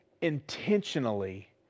intentionally